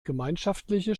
gemeinschaftliche